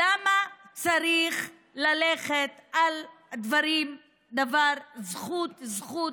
למה צריך ללכת על הדברים זכות-זכות?